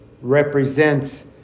represents